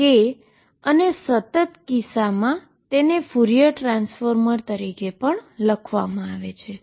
K અને સતત કિસ્સામાં તેને ફ્યુરિયર ટ્રાન્સફોર્મ તરીકે લખવામાં આવે છે